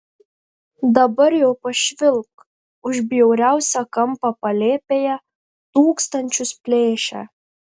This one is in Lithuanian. dabar jau pašvilpk už bjauriausią kampą palėpėje tūkstančius plėšia